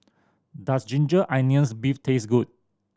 does ginger onions beef taste good